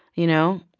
you know?